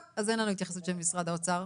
טוב, אז אין לנו התייחסות של משרד האוצר.